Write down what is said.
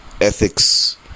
Ethics